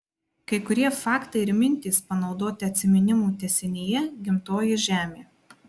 kai kurie faktai ir mintys panaudoti atsiminimų tęsinyje gimtoji žemė